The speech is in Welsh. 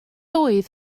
oedd